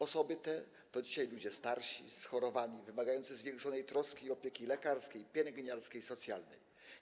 Osoby te to dzisiaj ludzie starsi, schorowani, wymagający zwiększonej troski i opieki lekarskiej, pielęgniarskiej, socjalnej.